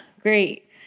great